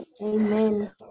Amen